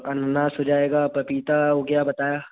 अनानास हो जाएगा पपीता हो गया बताया